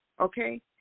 okay